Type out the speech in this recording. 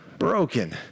broken